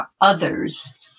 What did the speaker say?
others